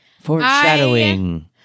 Foreshadowing